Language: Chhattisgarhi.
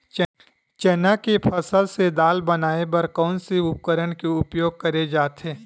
चना के फसल से दाल बनाये बर कोन से उपकरण के उपयोग करे जाथे?